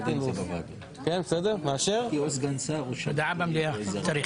צריך הודעה במליאה.